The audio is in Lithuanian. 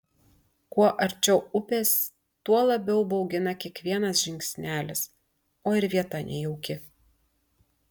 kuo arčiau upės tuo labiau baugina kiekvienas žingsnelis o ir vieta nejauki